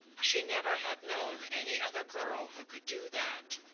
she never had known any other girl who could do that,